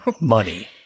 money